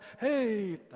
Hey